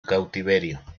cautiverio